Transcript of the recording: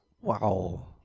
Wow